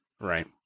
Right